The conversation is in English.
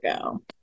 go